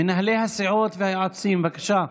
מנהלי הסיעות והיועצים, בבקשה.